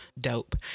dope